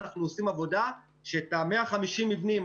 אנחנו עושים עבודה שאת ה-150 מבנים,